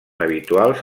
habituals